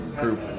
group